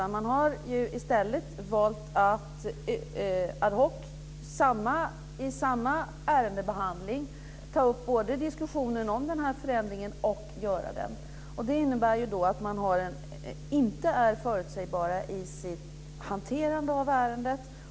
I stället har man valt att ad hoc i samma ärendebehandling ta upp både diskussionen om den här förändringen och göra den. Det innebär att man inte är förutsägbara i sitt hanterande av ärendet.